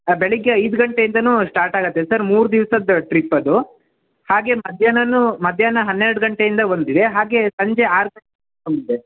ಬೆಳಿಗ್ಗೆ ಐದು ಗಂಟೆಯಿಂದನು ಸ್ಟಾರ್ಟ್ ಆಗುತ್ತೆ ಸರ್ ಮೂರು ದಿವ್ಸದ ಟ್ರಿಪ್ ಅದು ಹಾಗೆ ಮಧ್ಯಾಹ್ನನು ಮಧ್ಯಾಹ್ನ ಹನ್ನೆರಡು ಗಂಟೆಯಿಂದ ಒಂದಿದೆ ಹಾಗೆ ಸಂಜೆ ಆರು ಗಂಟೆಗೆ ಒಂದಿದೆ